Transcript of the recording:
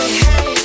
hey